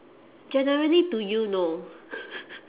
generally to you no